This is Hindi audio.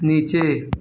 नीचे